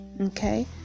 Okay